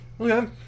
Okay